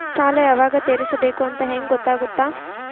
ಸಾಲ ಯಾವಾಗ ತೇರಿಸಬೇಕು ಅಂತ ಹೆಂಗ್ ಗೊತ್ತಾಗುತ್ತಾ?